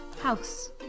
house